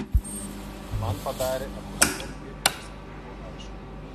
man padarė echoskopiją ir viskas buvo aišku